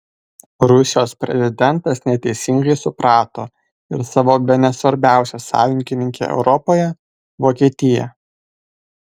rusijos prezidentas neteisingai suprato ir savo bene svarbiausią sąjungininkę europoje vokietiją